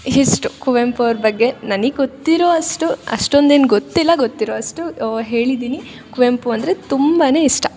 ಇಷ್ಟು ಕುವೆಂಪು ಅವ್ರ ಬಗ್ಗೆ ನನಗ್ ಗೊತ್ತಿರೋವಷ್ಟು ಅಷ್ಟೋಂದೇನ್ ಗೊತ್ತಿಲ್ಲ ಗೊತ್ತಿರೋವಷ್ಟು ಹೇಳಿದೀನಿ ಕುವೆಂಪು ಅಂದರೆ ತುಂಬ ಇಷ್ಟ